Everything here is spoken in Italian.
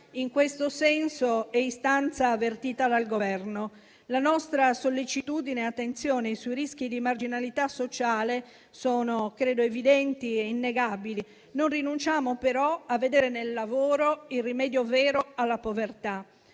in questo senso è istanza avvertita dal Governo. La nostra sollecitudine e la nostra attenzione sui rischi di marginalità sociale credo siano evidenti e innegabili. Non rinunciamo però a vedere nel lavoro il rimedio vero alla povertà.